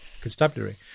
Constabulary